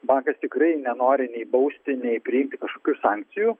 bankas tikrai nenori nei bausti nei priimti kažkokių sankcijų